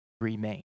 remain